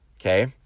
okay